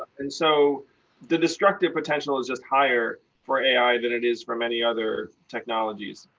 and so the destructive potential is just higher for ai than it is for many other technologies.